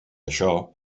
això